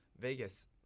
Vegas